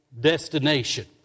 destination